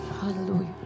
Hallelujah